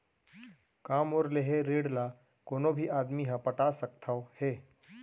का मोर लेहे ऋण ला कोनो भी आदमी ह पटा सकथव हे?